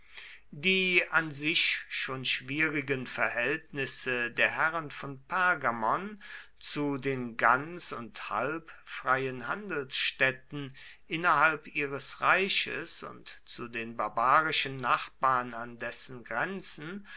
die an sich schon schwierigen verhältnisse der herren von pergamon zu den ganz und halb freien handelsstädten innerhalb ihres reichs und zu den barbarischen nachbarn an dessen grenzen